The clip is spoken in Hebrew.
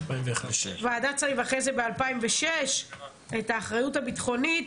ועדת שרים ואחרי זה ב-2006 את האחריות הביטחונית,